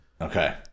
Okay